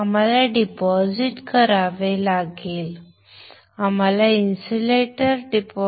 आम्हाला जमा करावे लागेल आम्हाला जमा करावे लागेल आम्हाला इन्सुलेटरinsulator